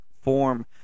form